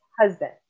husband